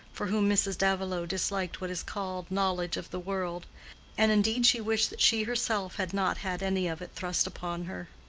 for whom mrs. davilow disliked what is called knowledge of the world and indeed she wished that she herself had not had any of it thrust upon her.